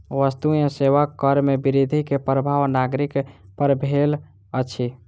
वस्तु एवं सेवा कर में वृद्धि के प्रभाव नागरिक पर भेल अछि